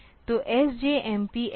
तो SJMP L1 तो L1 यहां है